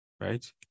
right